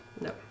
no